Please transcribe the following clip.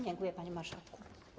Dziękuję, panie marszałku.